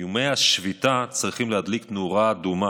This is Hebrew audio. איומי השביתה צריכים להדליק נורה אדומה